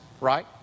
right